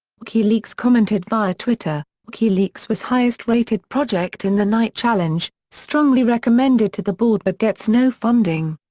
wikileaks commented via twitter, wikileaks was highest rated project in the knight challenge, strongly recommended to the board but gets no funding.